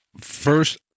First